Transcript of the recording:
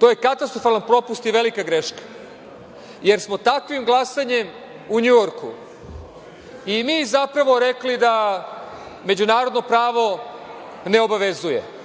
To je katastrofalan propust i velika greška, jer smo takvim glasanjem u NJujorku zapravo rekli da međunarodno pravo ne obavezuje,